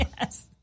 Yes